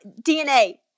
DNA